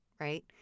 right